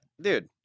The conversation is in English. Dude